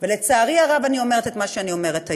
ולצערי הרב אני אומרת את מה שאני אומרת היום.